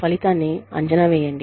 ఫలితాన్ని అంచనా వేయండి